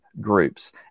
groups